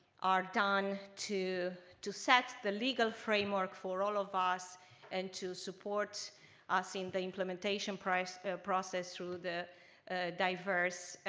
are done to to set the legal framework for all of us and to support us in the implementimplementation process through the diverse,